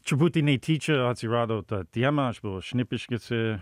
truputį netyčia atsirado ta tiema aš buvau šnipiškėse